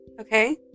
Okay